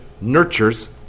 nurtures